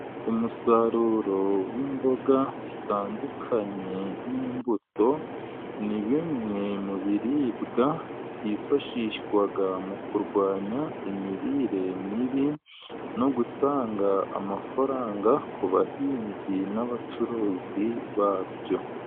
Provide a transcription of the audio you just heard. Umusaruro w'imboga zitandukanye ni imbuto, ni bimwe mu biribwa byifashishwa mu kurwanya imirire mibi, no gutanga amafaranga ku bahinzi n'abacuruzi babyo.